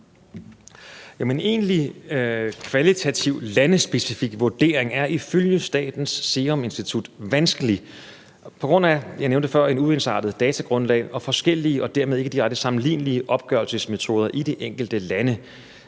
Egentlige kvalitative landespecifikke vurderinger er ifølge Statens Serum Institut vanskelige. Jeg nævnte før, at det var på grund af et uensartet datagrundlag og forskellige og dermed ikke direkte sammenlignelige opgørelsesmetoder i de enkelte lande.